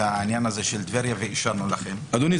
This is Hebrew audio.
העניין הזה של טבריה ואישרנו לכם --- אדוני,